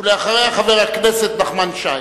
ואחריה, חבר הכנסת נחמן שי.